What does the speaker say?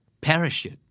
Parachute